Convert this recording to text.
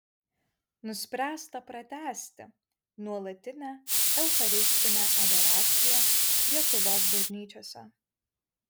nuspręsta pratęsti nuolatinę eucharistinę adoraciją lietuvos bažnyčiose